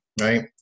right